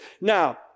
Now